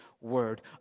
word